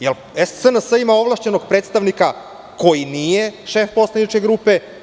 Jel SNS ima ovlašćenog predstavnika koji nije šef poslaničke grupe?